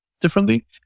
differently